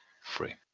free